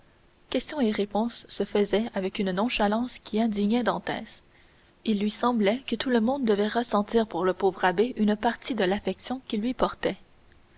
questions et réponses se faisaient avec une nonchalance qui indignait dantès il lui semblait que tout le monde devait ressentir pour le pauvre abbé une partie de l'affection qu'il lui portait